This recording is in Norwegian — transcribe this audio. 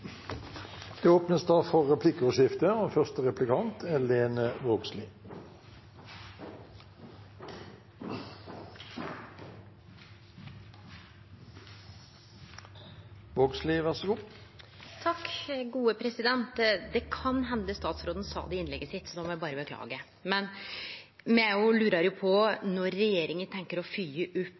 Det blir replikkordskifte. Det kan hende statsråden sa det i innlegget sitt, og då må eg berre beklage, men me lurer jo på når regjeringa tenkjer å fylgje opp